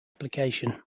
application